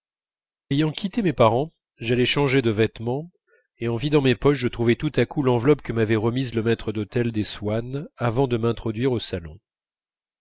ayant quitté mes parents j'allai changer de vêtements et en vidant mes poches je trouvai tout à coup l'enveloppe que m'avait remise le maître d'hôtel des swann avant de m'introduire au salon